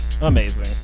Amazing